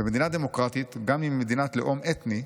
"במדינה דמוקרטית, גם אם היא מדינת לאום אתני,